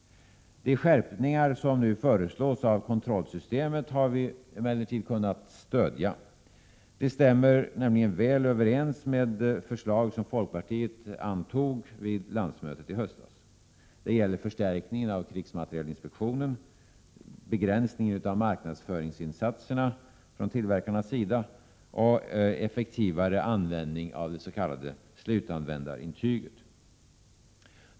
De skärpningar av kontrollsystemet som nu föreslås har vi emellertid kunnat stödja. De stämmer nämligen väl överens med förslag som folkpartiet antog vid landsmötet i höstas. Det gäller förstärkningen av krigsmaterielinspektionen, begränsningen av marknadsföringsinsatserna från tillverkarnas sida och effektivare användning av det s.k. slutanvändarintyget.